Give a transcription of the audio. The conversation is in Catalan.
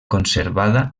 conservada